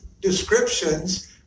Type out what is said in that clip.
descriptions